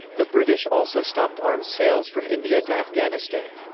the british also stopped arms sales from india to afghanistan.